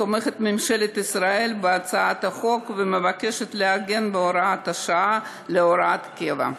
ממשלת ישראל תומכת בהצעת החוק ומבקשת לעגן את הוראת השעה כהוראת קבע.